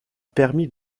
permis